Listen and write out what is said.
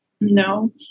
No